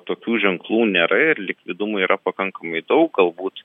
tokių ženklų nėra ir likvidumų yra pakankamai daug galbūt